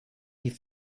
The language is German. die